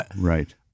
Right